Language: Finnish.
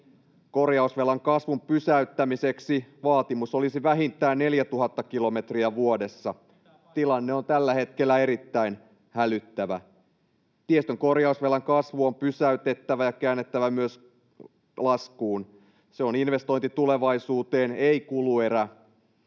Korjausvelan kasvun pysäyttämiseksi vaatimus olisi vähintään 4 000 kilometriä vuodessa. [Tuomas Kettunen: Pitää paikkansa!] Tilanne on tällä hetkellä erittäin hälyttävä. Tiestön korjausvelan kasvu on pysäytettävä ja käännettävä myös laskuun. Se on investointi tulevaisuuteen, ei kuluerä,